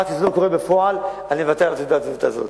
עד שזה לא קורה בפועל אני מוותר על תעודת הזהות הזאת.